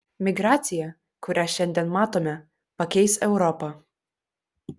migracija kurią šiandien matome pakeis europą